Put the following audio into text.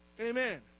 Amen